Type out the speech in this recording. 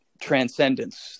transcendence